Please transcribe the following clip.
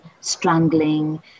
strangling